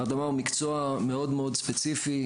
הרדמה הוא מקצוע מאוד ספציפי.